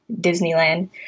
Disneyland